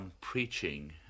preaching